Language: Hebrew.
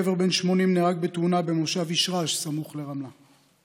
גבר בן 80 נהרג בתאונה במושב ישרש הסמוך לרמלה.